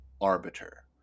arbiter